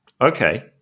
Okay